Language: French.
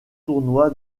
tournoi